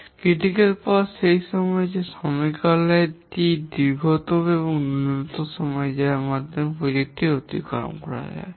সমালোচনামূলক পথটিই সেই সময় যেখানে সময়কালটি দীর্ঘতম এবং এটি ন্যূনতম সময় যার মাধ্যমে প্রকল্প টি অতিক্রম করতে পারে